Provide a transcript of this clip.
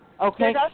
Okay